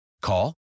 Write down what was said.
Call